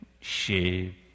shape